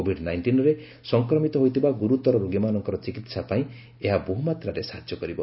Covid ନାଇଷ୍ଟିନ୍ରେ ସଂକ୍ରମିତ ହୋଇଥିବା ଗୁରୁତର ରୋଗୀମାନଙ୍କର ଚିକିତ୍ସା ପାଇଁ ଏହା ବହୁମାତ୍ରାରେ ସାହାଯ୍ୟ କରିବ